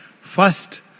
First